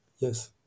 Yes